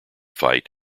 fight